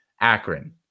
akron